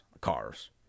cars